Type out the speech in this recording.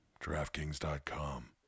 DraftKings.com